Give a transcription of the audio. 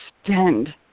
extend